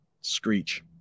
screech